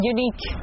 Unique